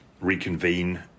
reconvene